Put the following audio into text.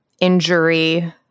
injury